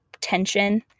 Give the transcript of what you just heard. tension